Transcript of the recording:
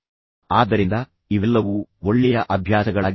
ಆದ್ದರಿಂದ ಇವೆಲ್ಲವೂ ಒಳ್ಳೆಯ ಅಭ್ಯಾಸಗಳಾಗಿವೆ